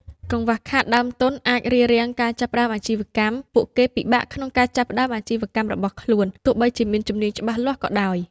កង្វះខាតដើមទុនអាច រារាំងការចាប់ផ្តើមអាជីវកម្ម ពួកគេពិបាកក្នុងការចាប់ផ្តើមអាជីវកម្មរបស់ខ្លួនទោះបីជាមានជំនាញច្បាស់លាស់ក៏ដោយ។